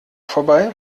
vorbei